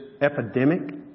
epidemic